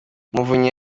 muvunyi